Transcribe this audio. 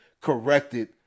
corrected